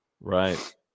Right